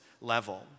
level